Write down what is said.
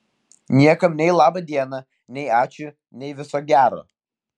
niekam nei laba diena nei ačiū nei viso gero